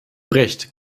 recht